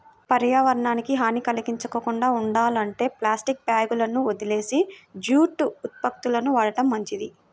పర్యావరణానికి హాని కల్గించకుండా ఉండాలంటే ప్లాస్టిక్ బ్యాగులని వదిలేసి జూటు ఉత్పత్తులను వాడటం మంచిది